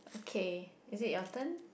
K it is very turn